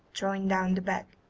throwing down the bag,